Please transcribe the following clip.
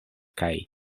kaj